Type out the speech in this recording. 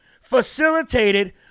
facilitated